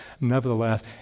nevertheless